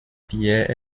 pierre